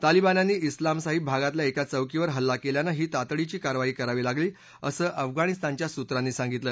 तालिबान्यांनी उलाम साहिब भागातल्या एका चौकीवर हल्ला केल्यानं ही तातडीची कारवाई करावी लागली असं अफगाणिस्तानच्या सूत्रांनी सांगितलं